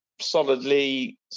solidly